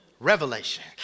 Revelation